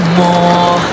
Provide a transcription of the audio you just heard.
more